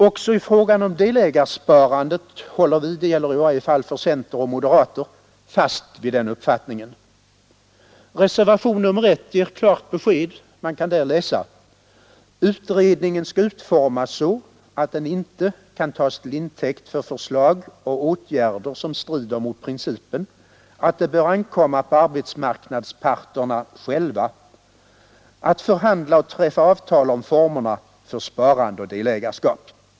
Också i fråga om delägarsparandet håller vi — det gäller i varje fall för centern och moderaterna — fast vid den uppfattningen. Reservationen 1 ger klart besked och man kan läsa där, att direktiven till utredningen skall ”utformas så att de inte kan tas till intäkt för förslag och åtgärder som strider mot principen att det bör ankomma på arbetsmarknadsparterna själva att, i den utsträckning de kan önska, förhandla och träffa avtal om sådana former för sparande och delägarskap ———”.